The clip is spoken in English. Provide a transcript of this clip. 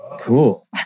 Cool